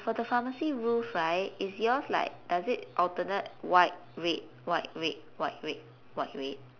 for the pharmacy roof right is yours like does it alternate white red white red white red white red